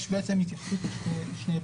יש בעצם התייחסות לשני הביטים.